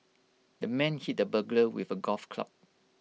the man hit the burglar with A golf club